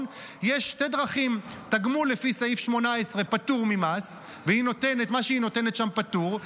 יש שתי דרכים: תגמול לפי סעיף 18 פטור ממס ומה שהיא נותנת שם פטור,